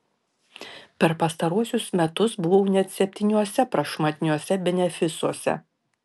per pastaruosius metus buvau net septyniuose prašmatniuose benefisuose